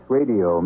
Radio